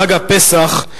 חג הפסח,